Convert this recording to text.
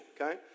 okay